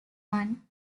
one